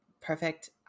perfect